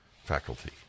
faculty